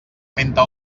menta